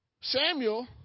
Samuel